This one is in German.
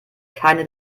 keine